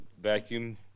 vacuum